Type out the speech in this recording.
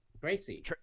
Gracie